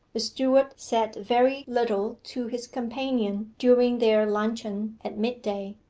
the steward said very little to his companion during their luncheon at mid-day.